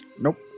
nope